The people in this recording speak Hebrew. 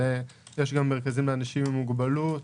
יש גם מרכזים לאנשים עם מוגבלות,